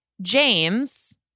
James